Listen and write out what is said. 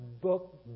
book